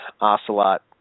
ocelot